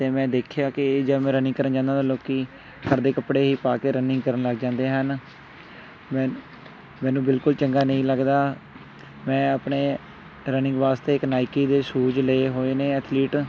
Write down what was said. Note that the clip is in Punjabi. ਅਤੇ ਮੈਂ ਦੇਖਿਆ ਕਿ ਜਦ ਮੈਂ ਰਨਿੰਗ ਕਰਨ ਜਾਂਦਾ ਤਾਂ ਲੋਕ ਘਰਦੇ ਕੱਪੜੇ ਹੀ ਪਾ ਕੇ ਰਨਿੰਗ ਕਰਨ ਲੱਗ ਜਾਂਦੇ ਹਨ ਮੈ ਮੈਨੂੰ ਬਿਲਕੁਲ ਚੰਗਾ ਨਹੀਂ ਲੱਗਦਾ ਮੈਂ ਆਪਣੇ ਰਨਿੰਗ ਵਾਸਤੇ ਇੱਕ ਨਾਇਕੀ ਦੇ ਸ਼ੂਜ਼ ਲਏ ਹੋਏ ਨੇ ਐਥਲੀਟ